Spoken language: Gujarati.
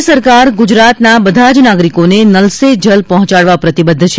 રાજ્ય સરકાર ગુજરાતના બધા જ નાગરિકોને નલ સે જલ પહોંચાડવા પ્રતિબદ્ધ છે